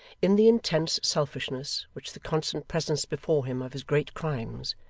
in the intense selfishness which the constant presence before him of his great crimes,